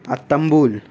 আর তাম্বুল